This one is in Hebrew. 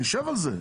נשב על זה.